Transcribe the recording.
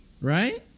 Right